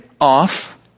off